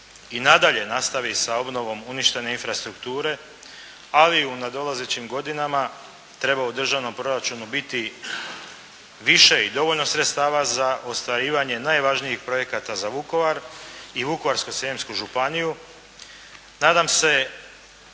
i nadalje nastavi sa obnovom uništene infrastrukture ali i u nadolazećim godinama treba u državnom proračunu biti više i dovoljno sredstava za ostvarivanje najvažnijih projekata za Vukovar i Vukovarsko-Srijemsku županiju. Nadam se